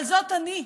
אבל זאת אני.